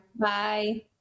Bye